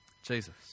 Jesus